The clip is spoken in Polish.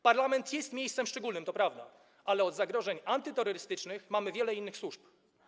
Parlament jest miejscem szczególnym, to prawda, ale od zagrożeń antyterrorystycznych mamy wiele innych służb.